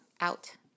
out